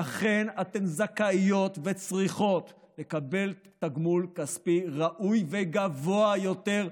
אכן אתן זכאיות וצריכות לקבל תגמול כספי ראוי וגבוה יותר,